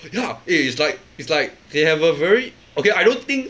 ya eh it's like it's like they have a very okay I don't think